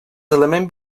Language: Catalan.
elements